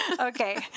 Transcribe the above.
Okay